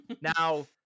now